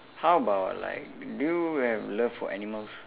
how about like do you have love for animals